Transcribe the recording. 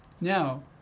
Now